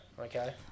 okay